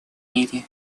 мире